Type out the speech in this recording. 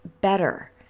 better